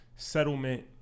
settlement